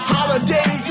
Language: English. Holiday